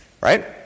Right